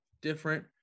different